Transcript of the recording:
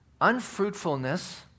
unfruitfulness